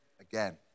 again